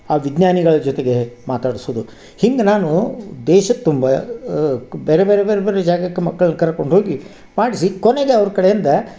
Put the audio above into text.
ಆ ವಿಜ್ಞಾನಿಗಳ ಜೊತೆಗೆ ಮಾತಾಡಿಸೋದು ಹಿಂಗೆ ನಾನು ದೇಶದ ತುಂಬ ಬೇರೆ ಬೇರೆ ಬೇರೆ ಬೇರೆ ಜಾಗಕ್ಕೆ ಮಕ್ಳನ್ನು ಕರ್ಕೊಂಡು ಹೋಗಿ ಮಾಡಿಸಿ ಕೊನೆಗೆ ಅವ್ರ ಕಡೆಯಿಂದ